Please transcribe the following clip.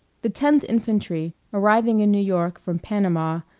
the tenth infantry, arriving in new york from panama,